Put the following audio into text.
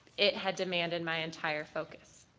it had demanded my entire focus.